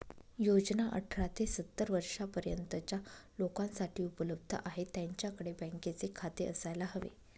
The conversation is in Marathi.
योजना अठरा ते सत्तर वर्षा पर्यंतच्या लोकांसाठी उपलब्ध आहे, त्यांच्याकडे बँकेचे खाते असायला हवे